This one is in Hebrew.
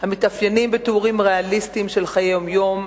המתאפיינים בתיאורים ריאליסטיים של חיי יום-יום,